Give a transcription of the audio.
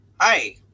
Hi